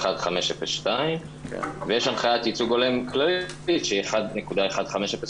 1.1502, ויש הנחיית ייצוג הולם כללית, שהיא 1.1503